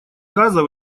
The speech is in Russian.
газа